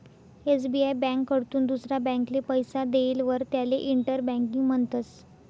SBI ब्यांककडथून दुसरा ब्यांकले पैसा देयेलवर त्याले इंटर बँकिंग म्हणतस